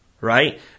right